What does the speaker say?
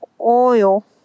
oil